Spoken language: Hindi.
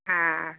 हाँ